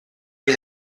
die